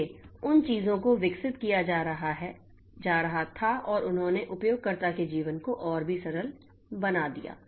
इसलिए उन चीजों को विकसित किया जा रहा था और उन्होंने उपयोगकर्ता के जीवन को और भी सरल बना दिया